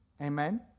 Amen